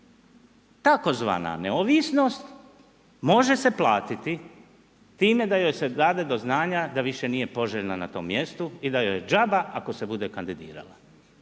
Tzv. neovisnost može se platiti time da joj se dade do znanja da više nije poželjna na tom mjesto i da joj džaba ako se bude kandidirala.